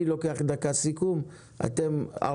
לי יש דקה לסכם ואתם תנו